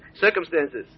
circumstances